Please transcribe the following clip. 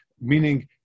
meaning